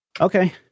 Okay